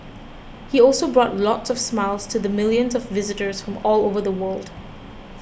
he also brought lots of smiles to the millions of visitors from all over the world